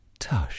Tush